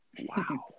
Wow